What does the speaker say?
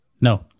no